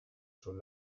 sul